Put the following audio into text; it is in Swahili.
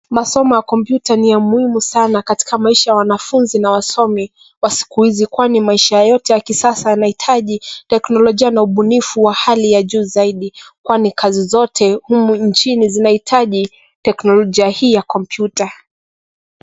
Masomo ya kompyuta ni ya muhimu sana katika maisha ya wanafunzi na wasomi wa siku hizi kwani maisha yote ya kisasa yanahitaji teknolojia na hali ya juu zaidi kwani kazi zote humu nchini zinahitaji teknolojia hii ya kompyuta.